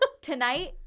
tonight